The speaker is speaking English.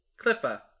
Cliffa